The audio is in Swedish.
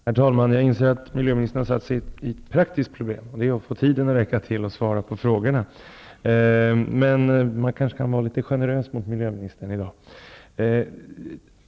Herr talman! Jag inser att miljöministern har ett praktiskt problem, nämligen att få tiden att räcka till för att svara på frågorna. Men man kanske kan vara litet generös mot miljöministern i dag.